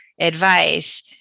advice